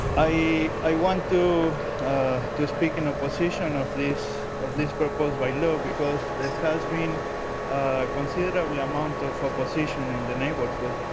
i i want to to speak in opposition of this of this proposed bylaw because there has been considerable amount of opposition in the neighbourhood.